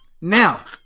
Now